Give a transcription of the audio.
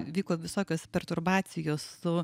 vyko visokios perturbacijos su